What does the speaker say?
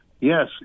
Yes